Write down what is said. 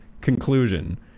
conclusion